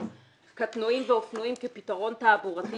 קטנועים ואופנועים כפתרון תעבורתי